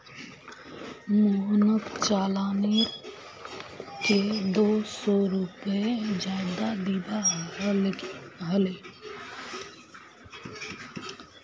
मोहनक चालानेर के दो सौ रुपए ज्यादा दिबा हले